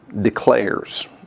declares